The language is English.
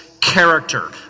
character